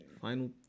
Final